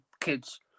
kids